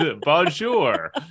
Bonjour